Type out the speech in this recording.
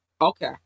Okay